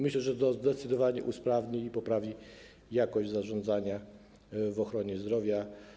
Myślę, że to zdecydowanie usprawni i poprawi jakość zarządzania w ochronie zdrowia.